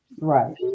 Right